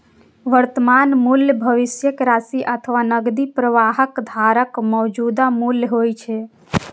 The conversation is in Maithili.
वर्तमान मूल्य भविष्यक राशि अथवा नकदी प्रवाहक धाराक मौजूदा मूल्य होइ छै